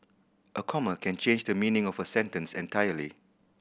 a comma can change the meaning of a sentence entirely